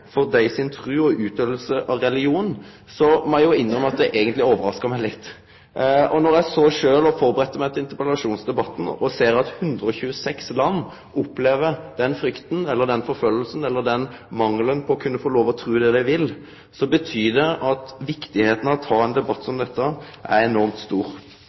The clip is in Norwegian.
tru og utøving av religion, må eg innrømme at det eigentleg overraskar meg litt. Då eg førebudde meg til interpellasjonsdebatten og såg at 126 land opplever frykt eller forfølging, eller mangelen på å kunne få lov til å tru det ein vil, såg eg at viktigheita av å ta ein debatt som dette er enormt stor.